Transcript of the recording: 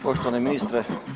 Poštovani ministre.